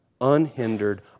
unhindered